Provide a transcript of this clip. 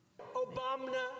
Obama